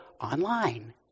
online